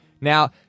Now